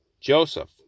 Joseph